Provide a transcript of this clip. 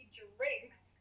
drinks